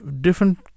different